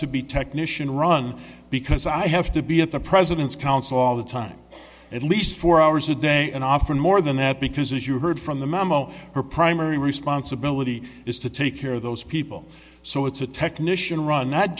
to be technician run because i have to be at the president's counsel all the time at least four hours a day and often more than that because as you heard from the memo her primary responsibility is to take care of those people so it's a technician run